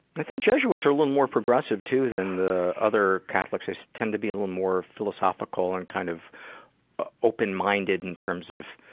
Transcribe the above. i think jesuits are a little more progressive too than the other catholics. they tend to be a little more philosophical and kind of open-minded in terms of,